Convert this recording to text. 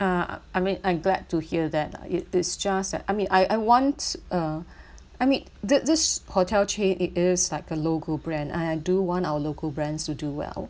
uh I mean I'm glad to hear that it is just that I I mean I I want uh I mean thi~ this hotel chain it is like a local brand I I do want our local brands to do well